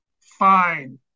fine